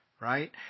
right